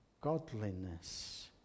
godliness